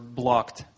blocked